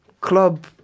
club